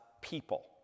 people